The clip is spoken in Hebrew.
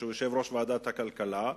שהוא יושב-ראש ועדת הכלכלה,